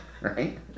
right